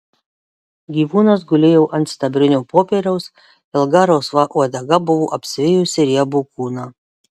gyvūnas gulėjo ant sidabrinio popieriaus ilga rausva uodega buvo apsivijusi riebų kūną